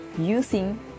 using